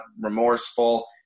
remorseful